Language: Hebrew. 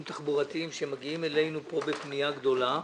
תחבורתיים שמגיעים אלינו בפנייה גדולה.